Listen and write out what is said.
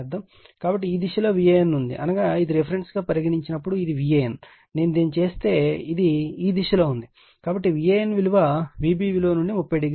కాబట్టి ఇది ఈ దిశలో Van ఉంది అనగా ఇది రిఫరెన్స్ గా పరిగణించినప్పుడు ఇది Van నేను దీనిని చేస్తే ఇది ఈ దిశలో ఉంది కాబట్టి Van విలువ Vb విలువ నుండి 30o వెనుకబడి ఉంటుంది